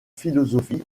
philosophie